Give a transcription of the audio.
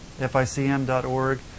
FICM.org